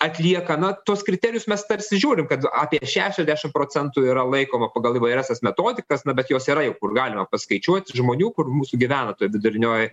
atlieka na tuos kriterijus mes tarsi žiūrim kad apie šešiasdešim procentų yra laikoma pagal įvairias tas metodikas na bet jos yra jau kur galima paskaičiuoti žmonių kur mūsų gyvena ta vidurinioji